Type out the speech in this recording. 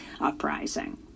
uprising